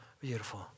beautiful